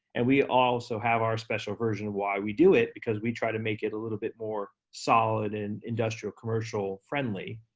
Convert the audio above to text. and we also have our special version of why we do it because we try to make it a little bit more solid and industrial, commercial friendly,